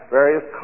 various